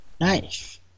Nice